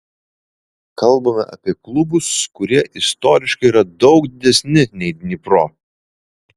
kalbame apie klubus kurie istoriškai yra daug didesni nei dnipro